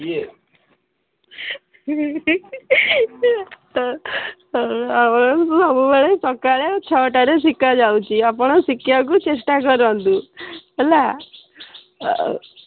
ଇଏ ଆମର ସବୁବେଳେ ସକାଳ ଛଅଟାରୁ ଶିଖାଯାଉଛି ଆପଣ ଶିଖିବାକୁ ଚେଷ୍ଟା କରନ୍ତୁ ହେଲା ଆଉ